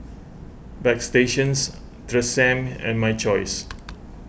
Bagstationz Tresemme and My Choice